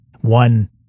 one